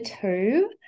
two